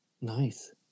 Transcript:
nice